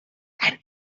ein